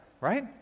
right